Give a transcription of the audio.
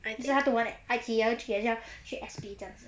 这样多 right I_T_E 要去 S_P 这样子